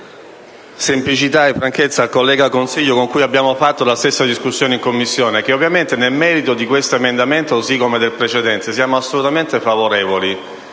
semplicità e franchezza al collega Consiglio, con il quale ho avuto la stessa discussione in Commissione, che, ovviamente, sul merito di questo emendamento, così come del precedente, siamo assolutamente favorevoli.